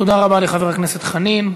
תודה רבה לחבר הכנסת חנין.